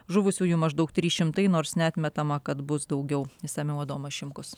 žuvusiųjų maždaug trys šimtai nors neatmetama kad bus daugiau išsamiau adomas šimkus